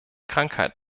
krankheit